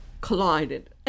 collided